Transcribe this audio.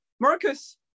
Marcus